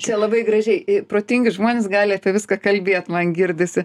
čia labai gražiai protingi žmonės gali apie viską kalbėt man girdisi